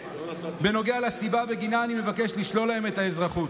בנוגע לסיבה שבגינה אני מבקש לשלול להם את האזרחות.